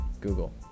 Google